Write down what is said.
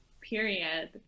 period